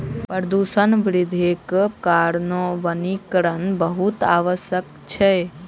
प्रदूषण वृद्धिक कारणेँ वनीकरण बहुत आवश्यक अछि